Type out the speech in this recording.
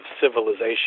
civilization